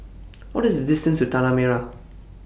What IS The distance to Tanah Merah